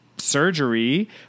Surgery